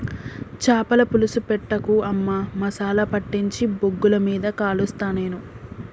చాపల పులుసు పెట్టకు అమ్మా మసాలా పట్టించి బొగ్గుల మీద కలుస్తా నేను